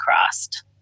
crossed